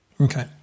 Okay